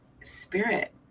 spirit